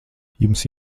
jums